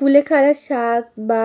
কুলেখাড়া শাক বা